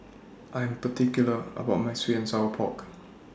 I'm particular about My Sweet and Sour Pork